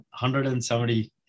170